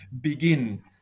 begin